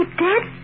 dead